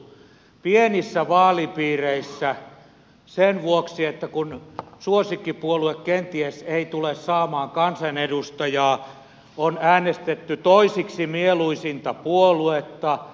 pienissä vaalipiireissä sen vuoksi kun suosikkipuolue kenties ei tule saamaan kansanedustajaa on äänestetty toiseksi mieluisinta puoluetta